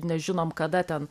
nežinom kada ten